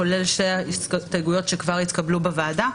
כולל שתי ההסתייגויות שכבר התקבלו בוועדה,